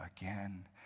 again